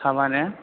साबा ने